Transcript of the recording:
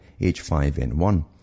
H5N1